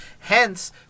Hence